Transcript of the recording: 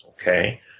Okay